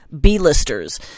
B-listers